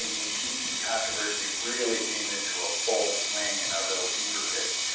and impeachment controversy really came into a full swing and a real fever pitch.